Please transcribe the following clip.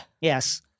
Yes